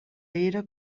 era